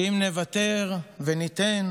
שאם נוותר וניתן,